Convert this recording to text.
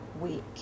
week